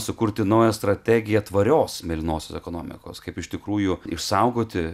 sukurti naują strategiją tvarios mėlynosios ekonomikos kaip iš tikrųjų išsaugoti